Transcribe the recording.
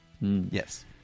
yes